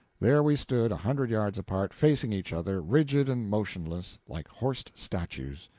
there we stood, a hundred yards apart, facing each other, rigid and motionless, like horsed statues.